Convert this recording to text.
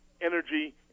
energy